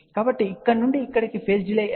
కాబట్టి ఇక్కడ నుండి ఇక్కడకు పేజ్ డిలే ఎంత